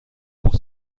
pour